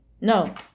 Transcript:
no